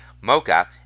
Mocha